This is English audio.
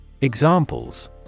Examples